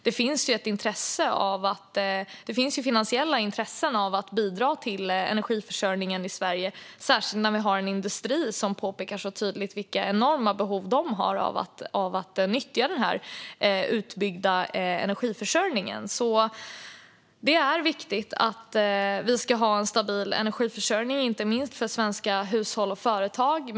Det finns finansiella intressen som vill bidra till energiförsörjningen i Sverige, särskilt som industrin så tydligt påpekar vilka enorma behov de har av att nyttja den utbyggda energiförsörjningen. Det är viktigt att vi har en stabil energiförsörjning, inte minst för svenska hushåll och företag.